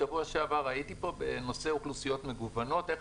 שבוע שעבר הייתי פה בנושא אוכלוסיות מגוונות איך